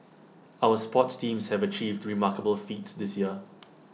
our sports teams have achieved remarkable feats this year